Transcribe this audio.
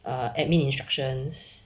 err admin instructions